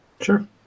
Sure